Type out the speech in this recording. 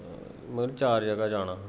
मतलब चार जगह जाना हा